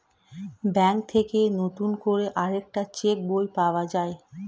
bank থেকে নতুন করে আরেকটা চেক বই পাওয়া যায়